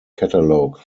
catalogue